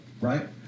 Right